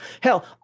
hell